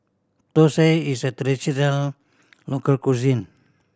thosai is a traditional local cuisine